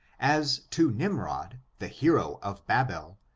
as to nimrod, the hero of babel,